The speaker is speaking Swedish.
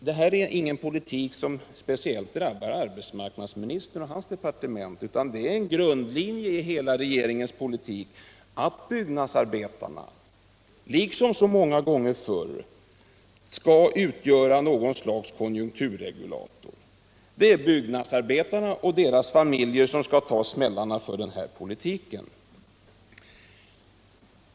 Detta är ingenting som speciellt drabbar arbetsmarknadsministern och hans departement, utan det är en grundlinje i hela regeringens politik att byggnadsarbetarna, liksom så många gånger förr, skall utgöra någon sorts konjunkturregulator. Det är byggnadsarbetarna och deras familjer som skall ta smällarna för den här politiken.